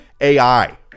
AI